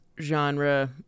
genre